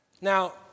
Now